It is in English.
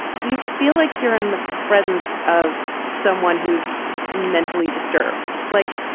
do you feel like you're in the presence of someone who's mentally disturbed, like,